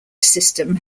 system